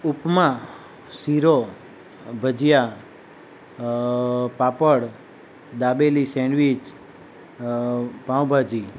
ઉપમા sheera bhajiya papad dabeli sandwich pav bhaji